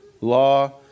Law